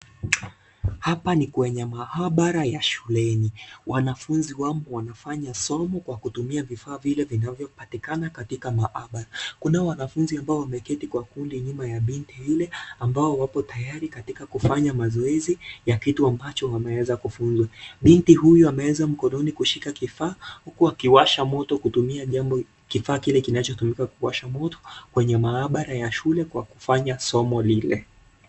Hapa ni kwenye maabara ya shuleni. Wanafunzi wamo wanafanya somo kwa kutumia vifaa vile vinavyopatikana katika maabara. Kunao wanafunzi ambao wameketi kwa kundi nyuma ya binti yule ambao wako tayari katika kufanya mazoezi ya kitu ambacho wameweza kufunzwa. Binti huyu ameweza mkononi kushika kifaa huku akiwasha moto kutumia jambo, kifaa kile kinachotumika kuwasha moto kwenye maabara ya shule kwa kufanya somo lile.